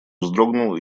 вздрогнул